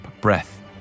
breath